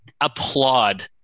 applaud